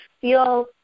feel –